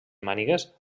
mànigues